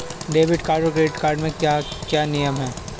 Debit card और credit card के क्या क्या नियम हैं?